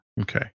Okay